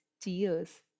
tears